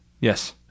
Yes